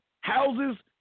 houses